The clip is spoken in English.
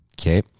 Okay